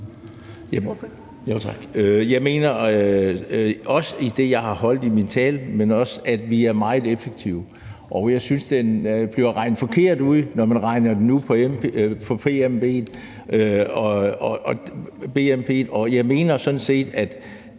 jeg mener, som jeg også sagde i min tale, at vi er meget effektive. Og jeg synes, det bliver regnet forkert ud, når man regner det ud ud fra bnp. Jeg mener sådan set, at